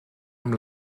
amb